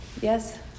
yes